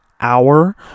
hour